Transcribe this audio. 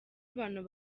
abantu